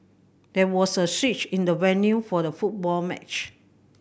there was a switch in the venue for the football match